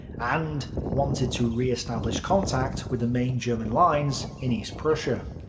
and wanted to reestablish contact with the main german lines in east prussia.